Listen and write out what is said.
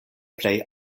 plej